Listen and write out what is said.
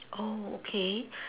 oh okay